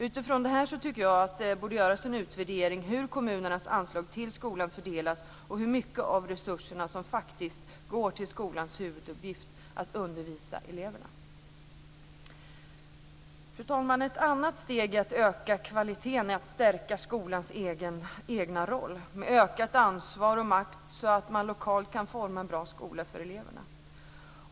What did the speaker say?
Utifrån detta tycker jag att det borde göras en utvärdering av hur kommunernas anslag till skolan fördelas och hur mycket av resurserna som faktiskt går till skolans huvuduppgift, att undervisa eleverna. Fru talman! Ett annat steg när det gäller att öka kvaliteten är att stärka skolans egen roll med ökat ansvar och makt så att man lokalt kan forma en bra skola för eleverna.